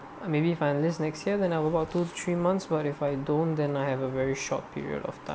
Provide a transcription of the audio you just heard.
and maybe finalist next year then I have about two to three months but if I don't then I have a very short period of time